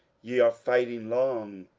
je are fighting long.